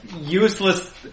useless